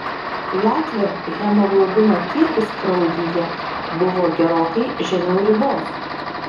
latvio hemoglobino kiekis kraujyje buvo gerokai žemiau ribos